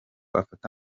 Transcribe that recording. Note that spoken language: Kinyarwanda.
afata